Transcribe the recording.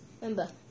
Remember